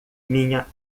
minha